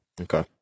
Okay